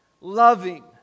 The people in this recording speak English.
loving